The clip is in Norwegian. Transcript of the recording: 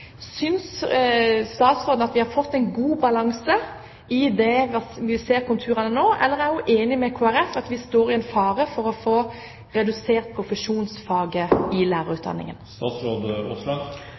Synes statsråden at vi har fått en god balanse i det vi ser konturene av nå, eller er hun enig med Kristelig Folkeparti om at vi står i fare for å få redusert profesjonsfaget i